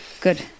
Good